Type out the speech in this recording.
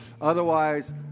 Otherwise